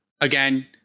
again